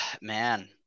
man